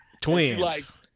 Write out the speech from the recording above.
Twins